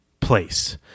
place